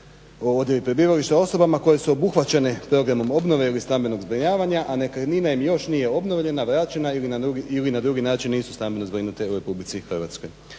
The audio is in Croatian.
o odredbi prebivališta osobama koje su obuhvaćene programom obnove ili stambenog zbrinjavanja, a nekretnina im još nije obnovljena, vraćena ili na drugi način nisu stambeno zbrinute u Republici Hrvatskoj.